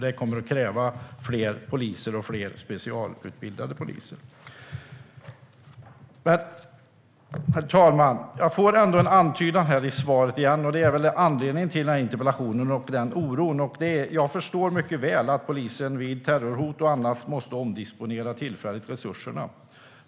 Det kommer att krävas fler poliser och fler specialutbildade poliser. Det finns en antydan i svaret, och det är anledningen till min oro och till att jag ställde den här interpellationen. Jag förstår mycket väl att polisen vid terrorhot och annat tillfälligt måste omdisponera resurserna.